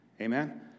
Amen